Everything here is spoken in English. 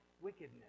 wickedness